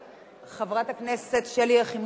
התשע"א 2010, לא עברה, ולכן גם היא יורדת